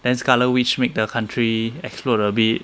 then scarlet witch make the country explode a bit